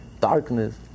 darkness